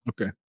Okay